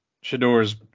Shador's